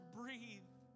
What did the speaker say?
breathe